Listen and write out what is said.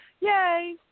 Yay